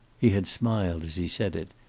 he had smiled as he said it,